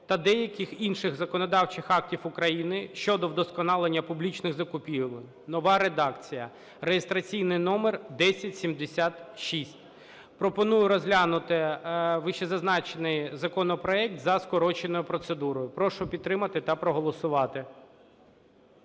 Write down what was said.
та деяких інших законодавчих актів України щодо вдосконалення публічних закупівель (нова редакція) (реєстраційний номер 1076). Пропоную розглянути вищезазначений законопроект за скороченою процедурою. Прошу підтримати та проголосувати.